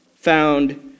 found